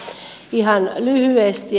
mutta ihan lyhyesti